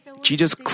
Jesus